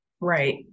right